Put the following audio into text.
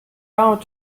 out